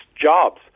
jobs